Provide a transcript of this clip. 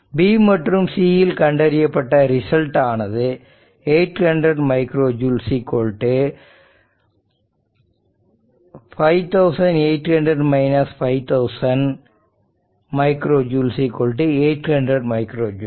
b மற்றும் c இல் கண்டறியப்பட்ட ரிசல்ட் ஆனது 800 micro joule 5800 5000 micro joule 800 micro joule